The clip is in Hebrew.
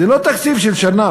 זה לא תקציב של שנה.